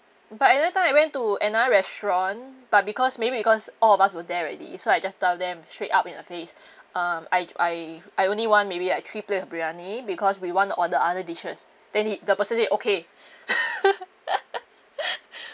but at that time I went to another restaurant but because maybe because all of us were there already so I just tell them straight up in the face um I I I only want maybe like three plate of briyani because we want to order other dishes then he the person said okay